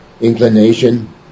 inclination